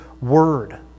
word